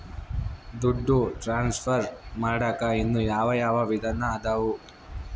ದುಡ್ಡು ಟ್ರಾನ್ಸ್ಫರ್ ಮಾಡಾಕ ಇನ್ನೂ ಯಾವ ಯಾವ ವಿಧಾನ ಅದವು?